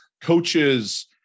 coaches